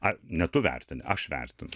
ne tu vertini aš vertinu